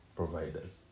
providers